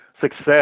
success